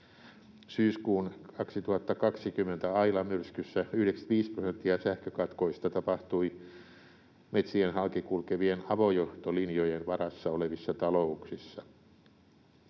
Syyskuun 2020 Aila-myrskyssä 95 prosenttia sähkökatkoista tapahtui metsien halki kulkevien avojohtolinjojen varassa olevissa talouksissa.